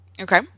Okay